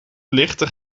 lichten